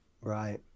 Right